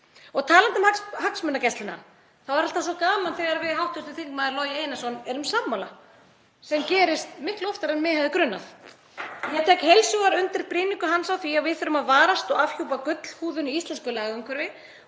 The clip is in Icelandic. Og talandi um hagsmunagæsluna þá er alltaf svo gaman þegar við hv. þingmaður Logi Einarsson erum sammála, sem gerist miklu oftar en mig hefði grunað. Ég tek heils hugar undir brýningu hans á því að við þurfum að varast og afhjúpa gullhúðun í íslensku lagaumhverfi